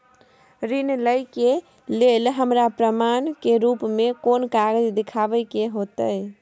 ऋण लय के लेल हमरा प्रमाण के रूप में कोन कागज़ दिखाबै के होतय?